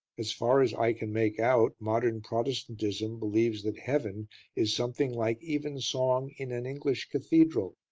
as far as i can make out modern protestantism believes that heaven is something like evensong in an english cathedral,